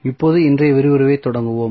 இப்போது இன்றைய விரிவுரையைத் தொடங்குவோம்